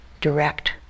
direct